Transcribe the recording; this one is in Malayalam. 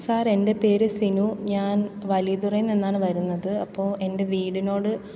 സാർ എന്റെ പേര് സിനു ഞാൻ വലിയതുറയിൽനിന്നാണ് വരുന്നത് അപ്പോൾ എന്റെ വീടിനോട്